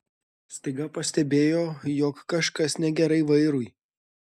staiga pastebėjo jog kažkas negerai vairui